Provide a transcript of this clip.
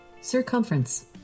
Circumference